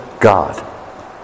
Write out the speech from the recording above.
God